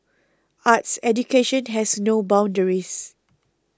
arts education has no boundaries